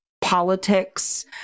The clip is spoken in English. politics